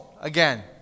again